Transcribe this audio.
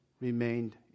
remained